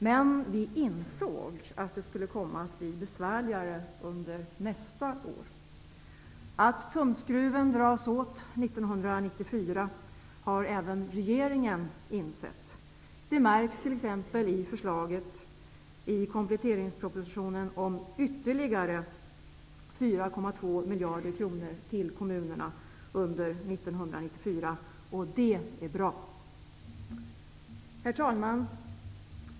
Men vi insåg att det skulle komma att bli besvärligare under nästa år. Att tumskruven dras åt under 1994 har även regeringen insett. Det märks t.ex. i förslaget i kompletteringspropositionen om ytterligare 4,2 miljarder kronor till kommunerna under 1994, och det är bra. Herr talman!